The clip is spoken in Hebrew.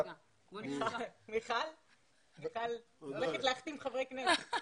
אני הולכת להחתים חברי כנסת.